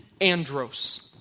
Andros